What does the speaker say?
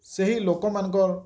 ସେହି ଲୋକ ମାନଙ୍କ